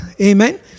Amen